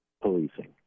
policing